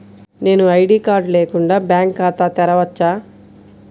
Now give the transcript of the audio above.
నేను ID card లేకుండా bank ఖాతా తెరవచ్చా?